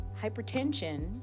Hypertension